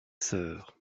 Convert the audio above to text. sœur